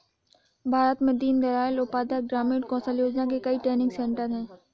भारत में दीन दयाल उपाध्याय ग्रामीण कौशल योजना के कई ट्रेनिंग सेन्टर है